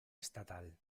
estatal